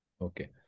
Okay